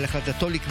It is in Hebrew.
כי הצעת חוק